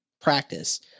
practice